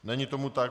Není tomu tak.